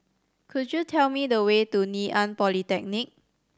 could you tell me the way to Ngee Ann Polytechnic